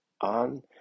on